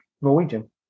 Norwegian